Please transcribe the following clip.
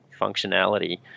functionality